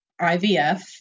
IVF